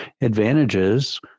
advantages